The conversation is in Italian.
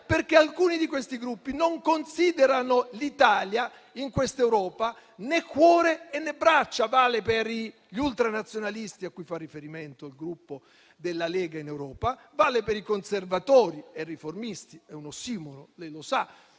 perché alcuni di questi Gruppi non considerano l'Italia, in questa Europa, né cuore, né braccia. Vale per gli ultra-nazionalisti a cui fa riferimento il Gruppo Lega in Europa e vale per i conservatori e riformisti (è un ossimoro, lei lo sa)